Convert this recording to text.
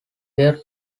their